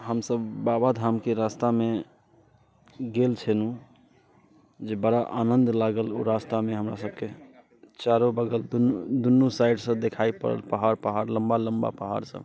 हमसभ बाबाधामके रास्तामे गेल छलहुँ जे बड़ा आनन्द लागल ओ रास्तामे हमरा सभकेँ चारो बगल दुनू दुनू साइडसँ देखाए पर पहाड़ पहाड़ लम्बा लम्बा पहाड़ सभ